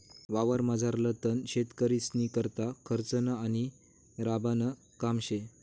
वावरमझारलं तण शेतकरीस्नीकरता खर्चनं आणि राबानं काम शे